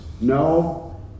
No